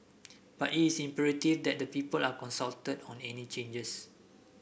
but is imperative that the people are consulted on any changes